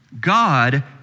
God